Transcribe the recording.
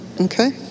okay